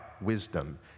wisdom